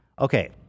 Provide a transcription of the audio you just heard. Okay